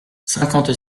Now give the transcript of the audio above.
cinquante